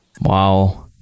Wow